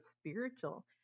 spiritual